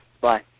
bye